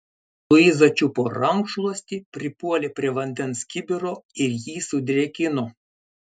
luiza čiupo rankšluostį pripuolė prie vandens kibiro ir jį sudrėkino